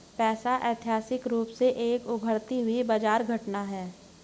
पैसा ऐतिहासिक रूप से एक उभरती हुई बाजार घटना है